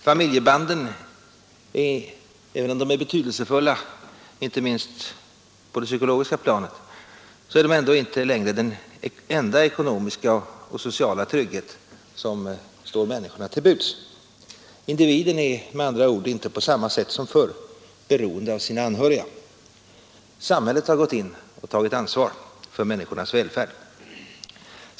Familjebanden är, även om de är betydelsefulla inte minst på det psykologiska planet, ändå inte den enda ekonomiska och sociala trygghet som står människorna till buds. Individen är med andra ord inte på samma sätt som förr beroende av sina anhöriga. Samhället har gått in och tagit ansvar för människornas välfärd.